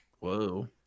Whoa